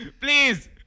Please